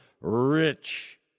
rich